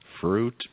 Fruit